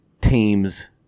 teams